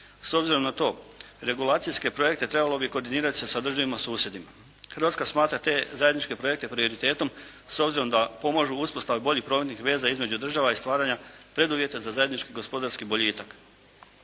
S obzirom na to regulacijske projekte trebalo bi koordinirati sa državama susjedima. Hrvatska smatra te zajedničke projekte prioritetom, s obzirom da pomažu uspostavi boljih prometnih veza između država i stvaranja preduvjeta za zajednički gospodarski boljitak.